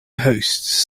hosts